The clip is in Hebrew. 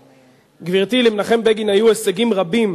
גברתי, למנחם בגין היו הישגים רבים,